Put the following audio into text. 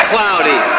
Cloudy